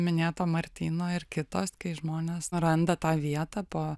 minėto martyno ir kitos kai žmonės randa tą vietą po